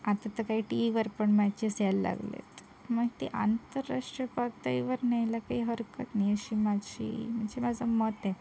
आता तर काय टी वीवर पण मॅचेस यायला लागल्या आहेत मग ते आंतरराष्ट्रीय पातळीवर न्यायला काही हरकत नाही असे माझे म्हणजे माझं मत आहे